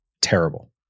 terrible